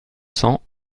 cents